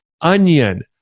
onion